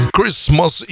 Christmas